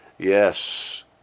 Yes